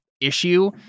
issue